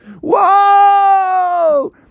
Whoa